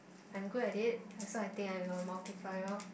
I'm good at it so I think I'm a multiplier